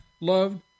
loved